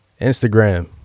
Instagram